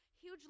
huge